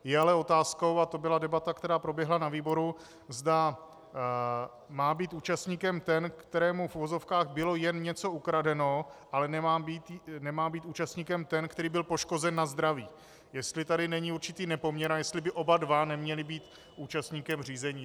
Je ale otázkou, a to byla debata, která proběhla na výboru, zda má být účastníkem ten, kterému v uvozovkách bylo jen něco ukradeno, ale nemá být účastníkem ten, který byl poškozen na zdraví, jestli tady není určitý nepoměr a jestli by oba dva neměli být účastníkem řízení.